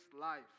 life